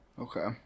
Okay